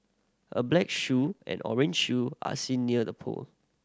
a black shoe and orange shoe are seen near the pole